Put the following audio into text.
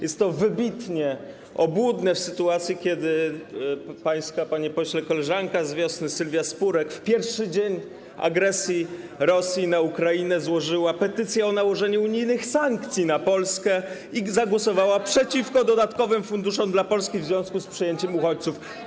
Jest to wybitnie obłudne w sytuacji, kiedy pańska, panie pośle, koleżanka z Wiosny Sylwia Spurek w pierwszy dzień agresji Rosji na Ukrainę złożyła petycję o nałożenie unijnych sankcji na Polskę i zagłosowała przeciwko dodatkowym funduszom dla Polski w związku z przyjęciem uchodźców.